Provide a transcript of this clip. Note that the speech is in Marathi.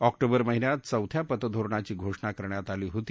ऑक्टोबर महिन्यात चौथ्या पतधोरणाची घोषणा करण्यात आली होती